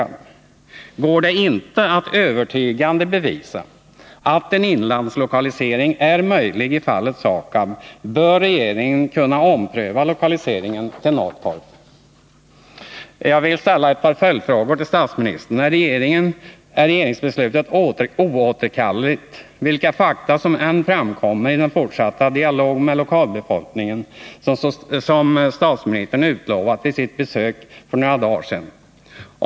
Men går det inte att övertygande bevisa att en inlandslokalisering är möjlig i fallet SAKAB, bör regeringen ompröva lokaliseringen till Norrtorp. 1. Är regeringsbeslutet oåterkalleligt, vilka fakta som än kan framkomma i den fortsatta dialog med lokalbefolkningen som statsministern utlovade vid sitt besök för några dagar sedan? 2.